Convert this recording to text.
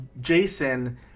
Jason